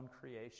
creation